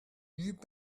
you